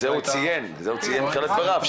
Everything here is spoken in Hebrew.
זה הוא ציין בתחילת דבריו,